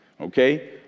okay